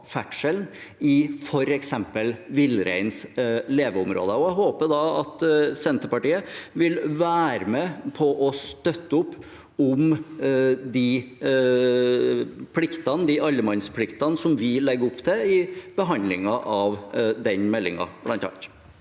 i f.eks. villreinens leveområder. Jeg håper Senterpartiet vil være med på å støtte opp om de allemannspliktene vi bl.a. legger opp til i behandlingen av den meldingen.